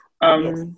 Yes